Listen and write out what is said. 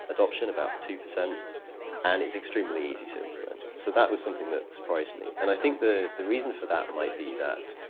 adoption about two, and it's extremely easy to implement. so that was something that surprised me. and i think the the reason for that might be that